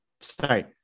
sorry